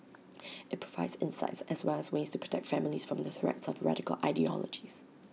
IT provides insights as well as ways to protect families from the threats of radical ideologies